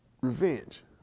Revenge